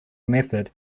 method